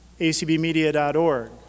acbmedia.org